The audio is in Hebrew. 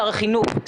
שר החינוך,